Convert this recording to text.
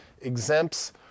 exempts